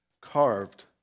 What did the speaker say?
carved